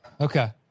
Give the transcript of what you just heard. Okay